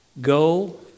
go